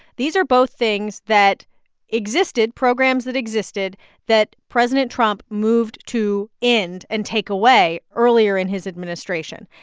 these are both things that existed programs that existed that president trump moved to end and take away earlier in his administration.